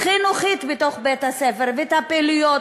חינוכית בתוך בית-הספר ואת הפעילויות,